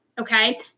Okay